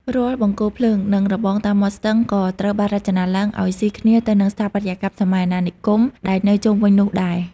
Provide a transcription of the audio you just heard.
រាល់បង្គោលភ្លើង និងរបងតាមមាត់ស្ទឹង ក៏ត្រូវបានរចនាឡើងឱ្យស៊ីគ្នាទៅនឹងស្ថាបត្យកម្មសម័យអាណានិគមដែលនៅជុំវិញនោះដែរ។